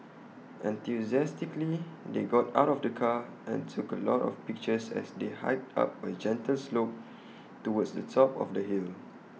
enthusiastically they got out of the car and took A lot of pictures as they hiked up A gentle slope towards the top of the hill